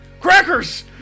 crackers